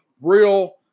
real